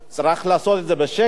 צריך לעשות את זה בשקט.